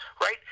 right